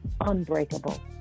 unbreakable